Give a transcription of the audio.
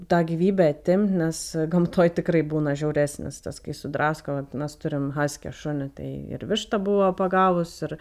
tą gyvybę atimt nes gamtoj tikrai būna žiauresnis tas kai sudrasko vadinas turim haskio šunį tai ir vištą buvo pagavus ir